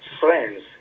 friends